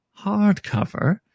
hardcover